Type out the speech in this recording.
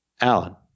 Allen